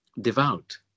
Devout